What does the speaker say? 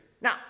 Now